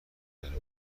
ساله